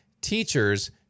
teachers